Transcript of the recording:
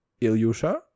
Ilyusha